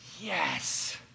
Yes